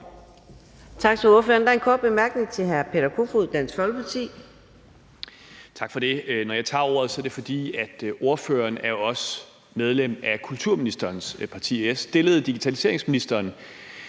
Tak for det. Når jeg tager ordet, er det, fordi ordføreren også er medlem af kulturministerens parti og jeg stillede digitaliseringsministeren